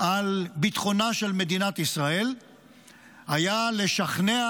על ביטחונה של מדינת ישראל היה לשכנע